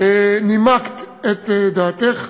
נימקת את דעתך,